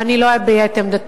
ואני לא אביע את עמדתי.